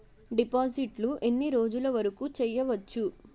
డిపాజిట్లు ఎన్ని రోజులు వరుకు చెయ్యవచ్చు?